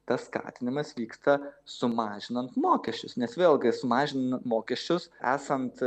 tas skatinimas vyksta sumažinant mokesčius nes vėlgi sumažina mokesčius esant